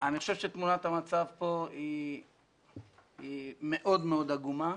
אני חושב שתמונת המצב כאן היא מאוד מאוד עגומה.